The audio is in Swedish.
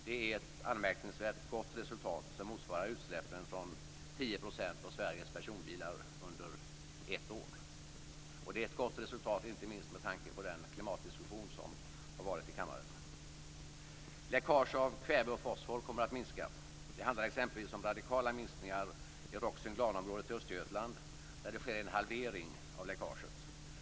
Det är ett anmärkningsvärt gott resultat, som motsvarar utsläppen från 10 % av Sveriges personbilar under ett år. Det är ett gott resultat inte minst med tanke på den klimatdiskussion som varit i kammaren. Läckage av kväve och fosfor kommer att minska. Det handlar exempelvis om radikala minskningar i Roxen-Glan-området i Östergötland, där det sker en halvering av läckaget.